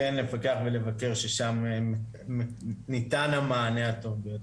כן לפקח ולבקר ששם ניתן המענה הטוב ביותר.